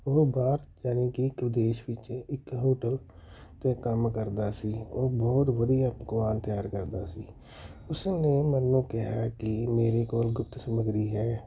ਉਹ ਬਾਹਰ ਯਾਨੀ ਕਿ ਇੱਕ ਵਿਦੇਸ਼ ਵਿੱਚ ਇੱਕ ਹੋਟਲ 'ਤੇ ਕੰਮ ਕਰਦਾ ਸੀ ਉਹ ਬਹੁਤ ਵਧੀਆ ਪਕਵਾਨ ਤਿਆਰ ਕਰਦਾ ਸੀ ਉਸਨੇ ਮੈਨੂੰ ਕਿਹਾ ਕਿ ਮੇਰੇ ਕੋਲ ਗੁਪਤ ਸਮੱਗਰੀ ਹੈ